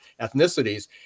ethnicities